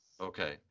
Okay